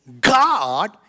God